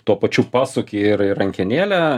tuo pačiu pasuki ir ir rankenėlę